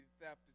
theft